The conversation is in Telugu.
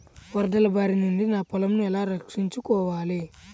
వరదల భారి నుండి నా పొలంను ఎలా రక్షించుకోవాలి?